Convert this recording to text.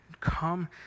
come